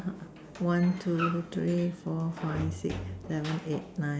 one two three four five six seven eight nine